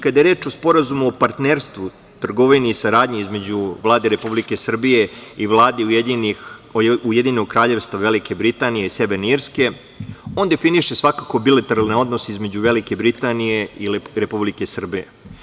Kada je reč o Sporazumu o partnerstvu, trgovini i saradnji između Vlade Republike Srbije i Vlade UK Velike Britanije i Severne Irske, on definiše svakako bilateralne odnose između Velike Britanije i Republike Srbije.